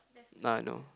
now I know